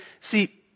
see